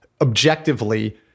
objectively